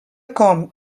com